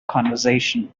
conversation